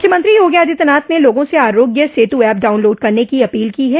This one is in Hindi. मुख्यमंत्री योगी आदित्यनाथ ने लोगों से आरोग्य सेतु ऐप डाउनलोड करने की अपील की है